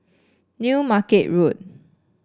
New Market Road